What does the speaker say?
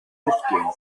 kaputtgehen